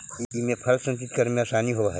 इमे फल संचित करे में आसानी होवऽ हई